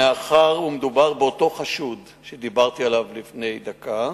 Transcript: מאחר שמדובר באותו חשוד שדיברתי עליו לפני דקה,